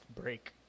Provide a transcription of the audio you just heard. break